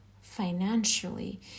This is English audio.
financially